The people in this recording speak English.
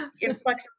inflexible